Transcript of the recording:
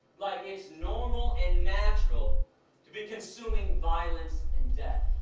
like it's normal and natural to be consuming violence and death.